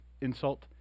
insult